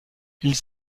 ils